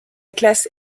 classe